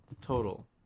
total